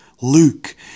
Luke